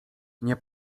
nie